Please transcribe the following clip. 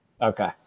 Okay